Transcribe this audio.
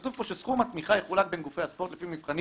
כתוב פה ש"סכום התמיכה יחולק בין גופי הספורט לפי מבחנים